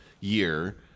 year